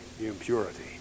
impurity